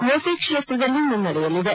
ಘೋಸಿ ಕ್ಷೇತ್ರದಲ್ಲಿ ಮುನ್ನಡೆಯಲಿದೆ